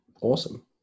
Awesome